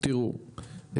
תראו,